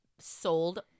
sold